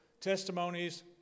testimonies